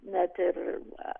net ir